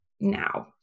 now